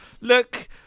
Look